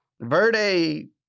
Verde